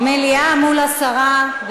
מליאה מול הסרה.